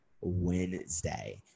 Wednesday